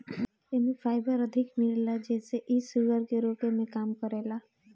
एमे फाइबर अधिका मिलेला जेसे इ शुगर के रोके में काम करेला